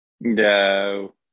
No